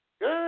Good